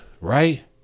right